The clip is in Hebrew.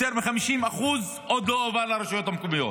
יותר מ-50% עוד לא הועברו לרשויות המקומיות,